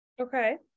okay